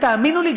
ותאמינו לי,